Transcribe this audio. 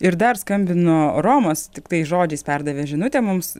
ir dar skambino romas tiktai žodžiais perdavė žinutę mums